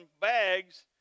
bags